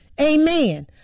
Amen